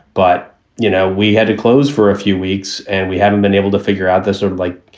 but you know we had to close for a few weeks and we haven't been able to figure out the sort of like,